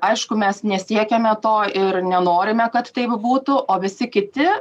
aišku mes nesiekiame to ir nenorime kad taip būtų o visi kiti